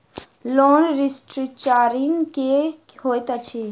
Loan restructuring की होइत अछि?